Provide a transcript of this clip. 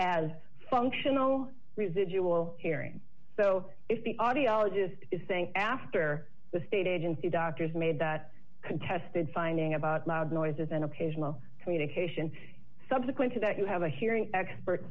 as functional residual hearing so if the audiologist is saying after the state agency doctors made that contested finding about loud noise is an occasional communication subsequent to that you have a hearing experts